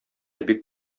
бик